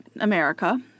America